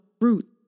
fruit